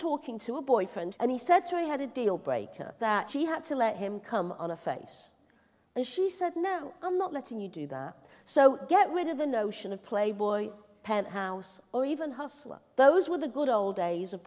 talking to a boyfriend and he said he had a deal breaker that she had to let him come on a face and she said no i'm not letting you do that so get rid of the notion of playboy or penthouse or even hustler those were the good old